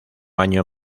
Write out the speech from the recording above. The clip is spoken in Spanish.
año